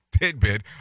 tidbit